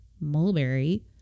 mulberry